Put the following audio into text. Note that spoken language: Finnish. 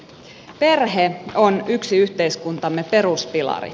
perhe on yksi yhteiskuntamme peruspilari